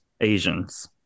Asians